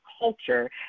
culture